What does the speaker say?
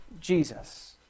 Jesus